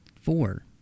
four